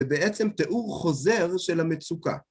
ובעצם תיאור חוזר של המצוקה.